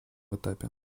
этапе